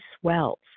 swells